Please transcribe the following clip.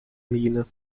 miene